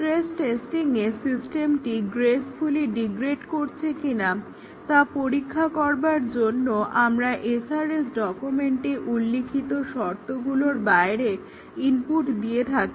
stress টেস্টিংয়ে সিস্টেমটি gracefully degrade করছে কিনা তা পরীক্ষা করবার জন্য আমরা SRS ডকুমেন্টে উল্লিখিত শর্তগুলির বাইরে ইনপুট দিয়ে থাকি